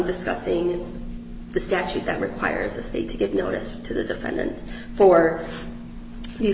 discussing the statute that requires the state to give notice to the defendant for these